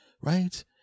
Right